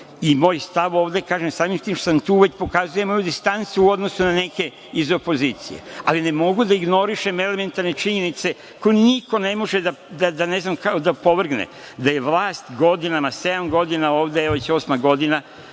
i moj stav ovde, kažem, samim tim što sam tu, već pokazuje jednu distancu u odnosu na neke iz opozicije, ali ne mogu da ignorišem elementarne činjenice, koje niko ne može da opovrgne, da je vlast godinama, sedam godina ovde, evo, već osma godina,